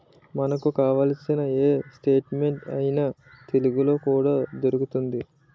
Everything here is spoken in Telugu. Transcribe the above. మనకు కావాల్సిన ఏ స్టేట్మెంట్ అయినా తెలుగులో కూడా దొరుకుతోంది